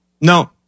No